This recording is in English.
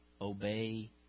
obey